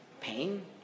pain